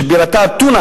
שבירתה אתונה,